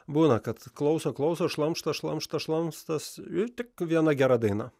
būna kad klauso klauso šlamšto šlamštas šlamštas ir tik vieną gerą dainą